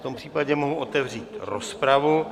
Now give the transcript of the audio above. V tom případě mohu otevřít rozpravu.